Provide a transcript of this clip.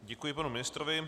Děkuji panu ministrovi.